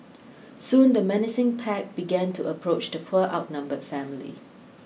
soon the menacing pack began to approach the poor outnumbered family